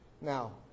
Now